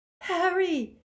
Harry